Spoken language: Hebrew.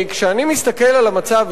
כשאני מסתכל על המצב,